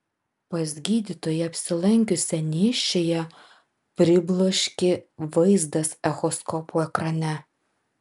pas gydytoją apsilankiusią nėščiąją pribloškė vaizdas echoskopo ekrane